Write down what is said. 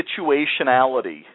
situationality